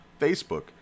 Facebook